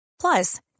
plus